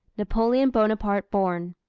napoleon bonaparte born.